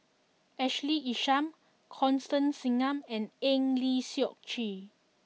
Ashley Isham Constance Singam and Eng Lee Seok Chee